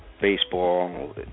baseball